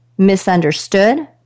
Misunderstood